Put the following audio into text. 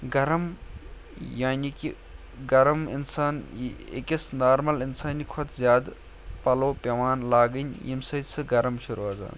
گرم یعنی کہِ گرم اِنسان یہِ أکِس نارمَل اِنسانہِ کھۄتہٕ زیادٕ پَلو پٮ۪وان لاگٕنۍ ییٚمہِ سۭتۍ سُہ گرم چھُ روزان